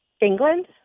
England